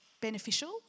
beneficial